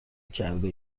کرده